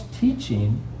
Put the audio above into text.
teaching